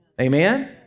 Amen